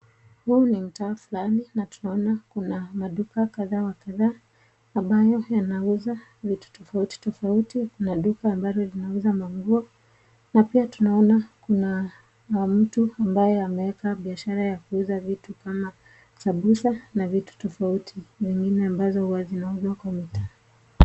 Huu ni mtaa fulani na tunaona kuna maduka kadha wa kadha ambayo yanauza vitu tofauti tofauti na duka ambalo linauza manguo. Na pia tunaona kuna mtu ambaye ameweka biashara ya kuuza vitu kama sambusa na vitu tofauti ambazo zinauzwa kwa mitaa.